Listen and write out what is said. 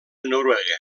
noruega